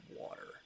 water